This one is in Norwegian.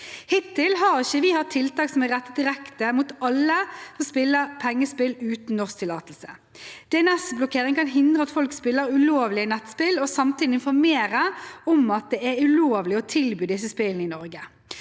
Hittil har vi ikke hatt tiltak som er rettet direkte mot alle som spiller pengespill uten norsk tillatelse. DNSblokkering kan hindre at folk spiller ulovlige nettspill, og samtidig informere om at det er ulovlig å tilby disse spillene i Norge.